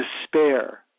despair